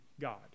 God